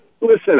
listen